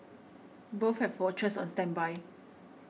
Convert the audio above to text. both have watchers on standby